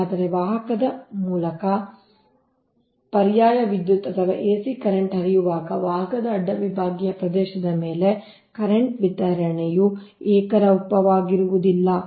ಆದರೆ ವಾಹಕದ ಮೂಲಕ ಪರ್ಯಾಯ ವಿದ್ಯುತ್ ಅಥವಾ ಎಸಿ ಕರೆಂಟ್ ಹರಿಯುವಾಗ ವಾಹಕದ ಅಡ್ಡ ವಿಭಾಗೀಯ ಪ್ರದೇಶದ ಮೇಲೆ ಕರೆಂಟ್ ವಿತರಣೆಯು ಏಕರೂಪವಾಗಿರುವುದಿಲ್ಲ